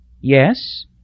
Yes